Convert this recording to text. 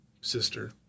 sister